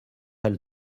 elles